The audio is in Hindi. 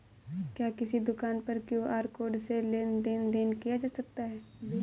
क्या किसी दुकान पर क्यू.आर कोड से लेन देन देन किया जा सकता है?